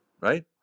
right